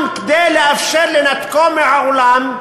גם כדי לאפשר לנתקו מהעולם,